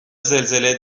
زلزله